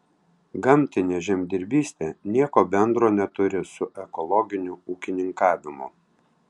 gamtinė žemdirbystė nieko bendro neturi su ekologiniu ūkininkavimu